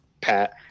Pat